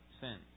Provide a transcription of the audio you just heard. sin